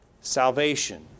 Salvation